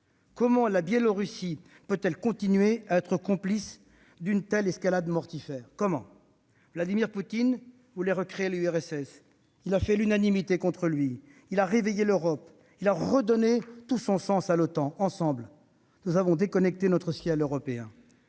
Comment la Biélorussie peut-elle continuer à être complice d'une telle escalade mortifère ? Vladimir Poutine voulait recréer l'URSS ; il a fait l'unanimité contre lui, il a réveillé l'Europe, il a redonné tout son sens à l'OTAN. Ensemble, nous avons déconnecté notre ciel européen.